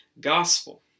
gospel